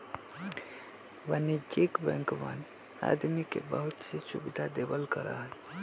वाणिज्यिक बैंकवन आदमी के बहुत सी सुविधा देवल करा हई